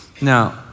Now